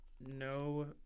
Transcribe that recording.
no